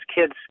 kids